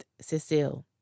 Cecile